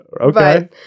okay